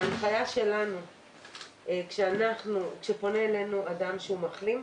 ההנחיה שלנו כאשר פונה אלינו אדם שהוא מחלים,